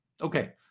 Okay